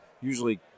usually